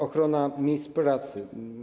Ochrona miejsc pracy.